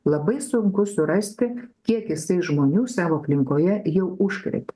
labai sunku surasti kiek jisai žmonių savo aplinkoje jau užkrėtė